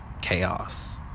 chaos